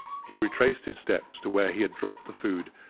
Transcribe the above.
he retraced his steps to where he had dropped the food,